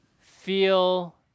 feel